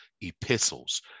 epistles